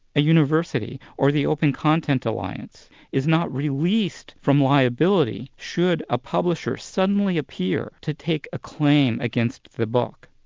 a university, or the open content alliance, is not released from liability should a publisher suddenly appear to take a claim against the book.